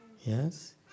Yes